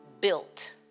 built